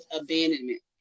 abandonment